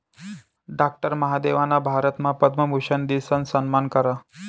doctor महादेवना भारतमा पद्मभूषन दिसन सम्मान करा